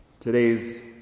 Today's